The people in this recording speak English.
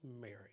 Mary